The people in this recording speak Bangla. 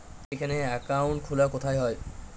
এখানে অ্যাকাউন্ট খোলা কোথায় হয়?